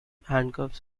handcuffs